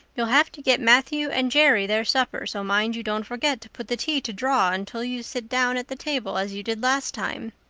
you'll have to get matthew and jerry their supper, so mind you don't forget to put the tea to draw until you sit down at the table as you did last time.